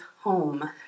home